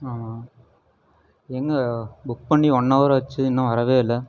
ஆமால் எங்கே புக் பண்ணி ஒன்னவர் ஆச்சு இன்னும் வரவே இல்லை